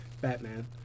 Batman